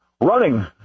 running